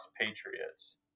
Patriots